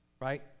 Right